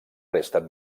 resten